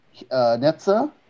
Netza